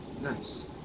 Nice